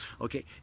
Okay